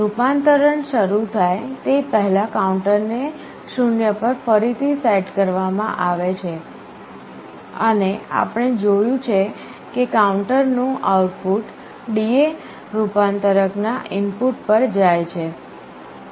રૂપાંતરણ શરૂ થાય તે પહેલાં કાઉન્ટરને 0 પર ફરીથી સેટ કરવામાં આવે છે અને આપણે જોયું છે કે કાઉન્ટરનું આઉટપુટ DA રૂપાંતરક ના ઇનપુટ પર જાય છે